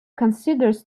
considers